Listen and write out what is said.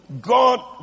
God